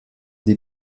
die